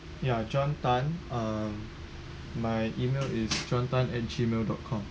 ya john tan uh my email is john Tan at gmail dot com